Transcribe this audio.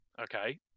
Okay